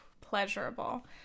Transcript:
pleasurable